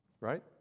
Right